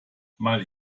mal